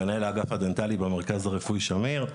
ומנהל האגף הדנטלי במרכז הרפואי שמיר.